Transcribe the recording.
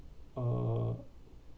uh